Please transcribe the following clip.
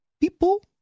People